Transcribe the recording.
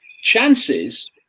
chances